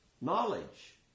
knowledge